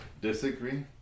disagree